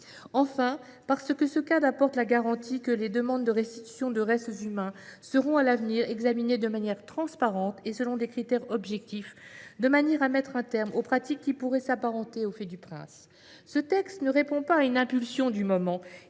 Enfin, ce cadre apporte la garantie que les demandes de restitution de restes humains seront, à l’avenir, examinées de manière transparente et selon des critères objectifs, de manière à mettre un terme aux pratiques qui pourraient s’apparenter au fait du prince. Ce texte ne répond pas à une impulsion du moment